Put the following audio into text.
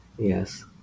Yes